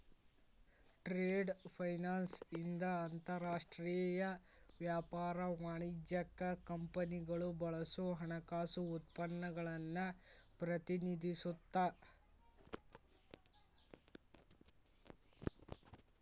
trade finance ಇಂದ ಅಂತರಾಷ್ಟ್ರೇಯ ವ್ಯಾಪಾರ ವಾಣಿಜ್ಯಕ್ಕ ಕಂಪನಿಗಳು ಬಳಸೋ ಹಣಕಾಸು ಉತ್ಪನ್ನಗಳನ್ನ ಪ್ರತಿನಿಧಿಸುತ್ತ